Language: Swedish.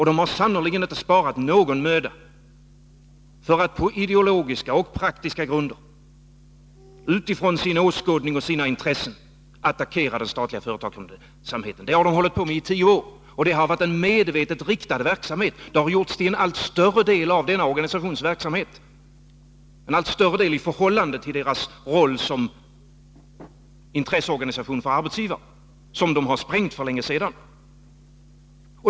Den har sannerligen inte sparat någon möda för att på ideologiska och praktiska grunder, utifrån sin åskådning och sina intressen, attackera den statliga företagsamheten. Det har den hållit på med i tio år, och det har varit en medvetet riktad verksamhet. Den har gjorts till en allt större del av denna organisations verksamhet i förhållande till dess roll som intresseorganisation för arbetsgivarna, en roll där ramarna har sprängts för länge sedan.